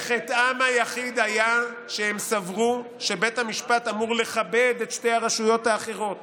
חטאם היחיד היה שהם סברו שבית המשפט אמור לכבד את שתי הרשויות האחרות